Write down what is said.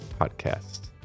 podcast